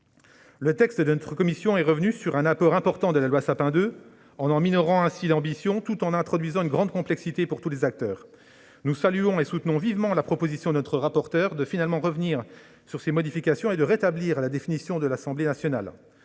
Ce faisant, la commission est ainsi revenue sur un apport important de la loi Sapin II, dont elle a minoré l'ambition tout en introduisant une grande complexité pour tous les acteurs. Aussi, nous saluons et soutenons vivement la proposition de notre rapporteure de revenir finalement sur ces modifications et de rétablir la définition de l'Assemblée nationale.